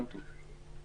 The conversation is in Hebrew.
גם טוב.